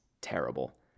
terrible